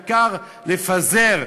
העיקר לפזר.